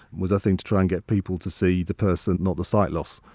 was i think to try and get people to see the person not the sight loss,